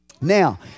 Now